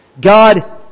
God